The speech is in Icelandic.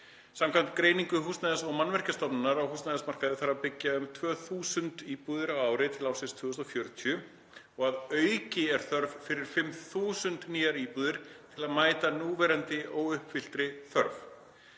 Samkvæmt greiningu Húsnæðis- og mannvirkjastofnunar á húsnæðismarkaði þarf að byggja um 2.000 íbúðir á ári til ársins 2040. Að auki er þörf fyrir 5.000 nýjar íbúðir til að mæta núverandi óuppfylltri þörf.